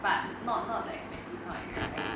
but not not that expensive town area like